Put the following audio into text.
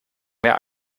mehr